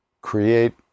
create